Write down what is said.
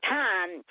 time